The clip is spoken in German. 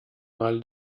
mal